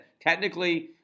technically